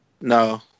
No